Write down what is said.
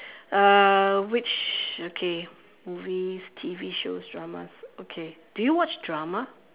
uh which okay movies T_V shows dramas okay do you watch drama